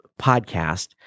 podcast